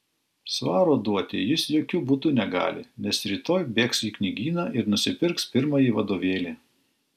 svaro duoti jis jokiu būdu negali nes rytoj bėgs į knygyną ir nusipirks pirmąjį vadovėlį